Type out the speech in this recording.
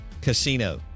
Casino